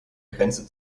grenze